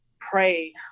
pray